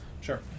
Sure